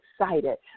excited